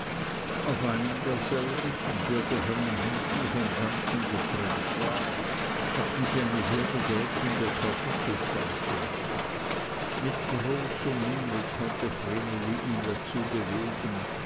auf einem derselben der durch einen hügel vom ganzen getrennt war hatten sie eine sehr bedeutende kartoffelpflanzung mit großer mühe konnte vreneli ihn dazu bewegen